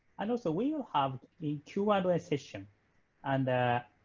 and also we will have a q and a session and